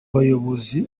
bayobozi